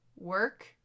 Work